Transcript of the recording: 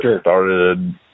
started